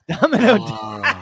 Domino